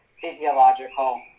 physiological